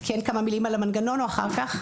כמה מילים על המנגנון או אחר כך?